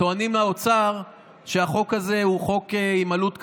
טוענים, האוצר, שהחוק הזה הוא חוק עם עלות כספית,